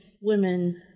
women